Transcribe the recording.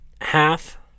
half